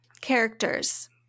Characters